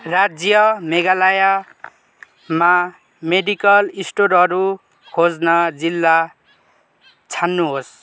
राज्य मेघालयमा मेडिकल स्टोरहरू खोज्न जिल्ला छान्नुहोस्